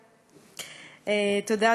תודה,